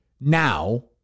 now